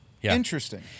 Interesting